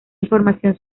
información